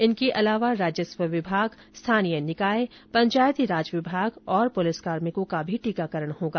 इनके अलावा राजस्व विभाग स्थानीय निकाय पंचायतीराज विभाग और पुलिस कार्मिकों का भी टीकाकरण होगा